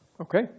Okay